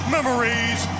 Memories